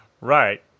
Right